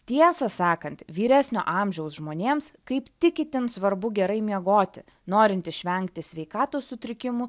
tiesą sakant vyresnio amžiaus žmonėms kaip tik itin svarbu gerai miegoti norint išvengti sveikatos sutrikimų